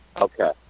Okay